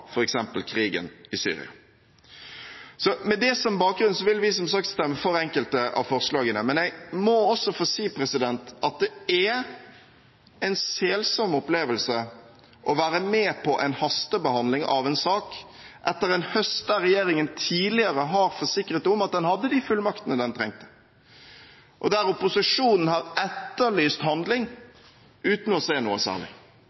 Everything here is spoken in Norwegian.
krigen i Syria. Med det som bakgrunn vil vi – som sagt – stemme for enkelte av forslagene, men jeg må også få si at det er en selsom opplevelse å være med på en hastebehandling av en sak etter en høst der regjeringen tidligere har forsikret om at den hadde de fullmaktene den trengte, og der opposisjonen har etterlyst handling uten å se noe særlig.